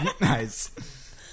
Nice